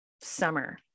summer